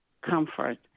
comfort